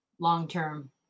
long-term